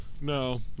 No